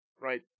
right